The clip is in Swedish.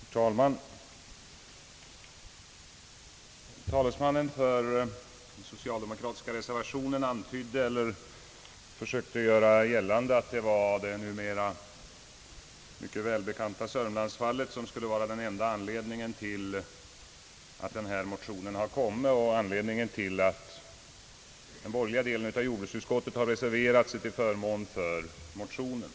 Herr talman! Talesmannen för den socialdemokratiska reservationen försökte göra gällande att det numera välbekanta sörmlandsfallet skulle vara den enda anledningen till motionerna och anledningen till att de borgerliga ledamöterna i jordbruksutskottet har uttalat sig till förmån för motionerna.